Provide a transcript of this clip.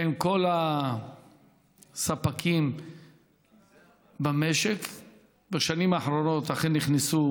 בין כל הספקים במשק בשנים האחרונות אכן נכנסו